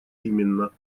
именно